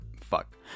Fuck